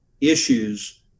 issues